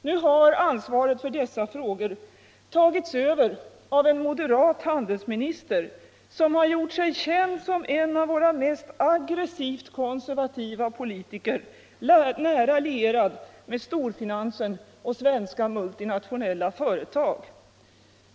Nu har ansvaret för dessa frågor tagits över av en moderat handelsminister som har gjort sig känd som en av våra mest aggressivt konservativa politiker, nära lierad med storfinansen och svenska multinationella företag.